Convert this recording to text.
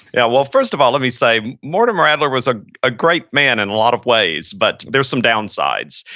yeah. well first of all, let me say, mortimer adler was ah a great man in and a lot of ways, but there's some downsides.